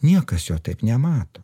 niekas jo taip nemato